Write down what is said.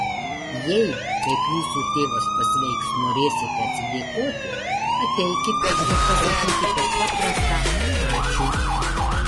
jei kaip jūsų tėvas pasveiks norėsite atsidėkoti ateikite ir pasakykite paprastą ačiū